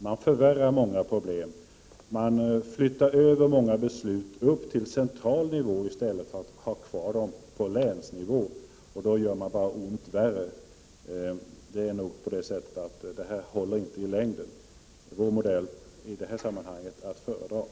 Man förvärrar många problem. Man flyttar många beslut upp till central nivå i stället för att ha kvar dem på länsnivå. Då gör man bara ont värre. Detta håller inte i längden. Vår modell är i detta sammanhang att föredra.